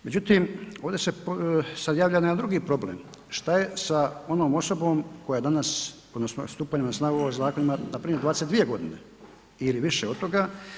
Međutim, ovdje se sad javlja jedan drugi problem, šta je sa onom osobom koja je danas odnosno stupanjem na snagu ovog zakona ima npr. 22 godina ili više od toga.